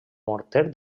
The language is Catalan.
morter